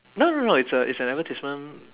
no no no it's a it's a advertisement